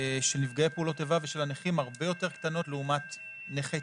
של נפגעי פעולות איבה ושל הנכים הרבה יותר קטנות לעומת נכי